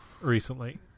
recently